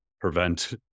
prevent